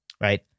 right